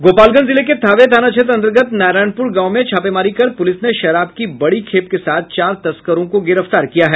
गोपालगंज जिले के थावे थाना क्षेत्र अंतर्गत नारायणपूर गांव में छापेमारी कर पुलिस ने शराब की बड़ी खेप के साथ चार तस्करों को गिरफ्तार किया है